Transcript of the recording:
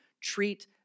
Treat